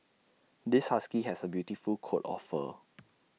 this husky has A beautiful coat of fur